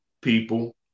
people